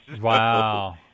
Wow